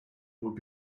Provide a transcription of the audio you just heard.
would